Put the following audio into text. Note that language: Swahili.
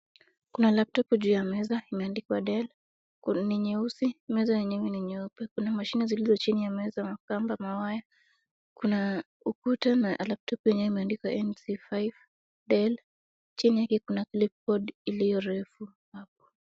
Kuna laptopu juu ya meza imeandikwa dell ni nyeusi, meza yenyewe ni nyeupe, kuna mashini zilizo chini ya meza, makamba, mawaya, kuna ukuta na laptopu yenyewe imeandikwa NC5 dell chini yake kuna clipboard iliyo refu hapo.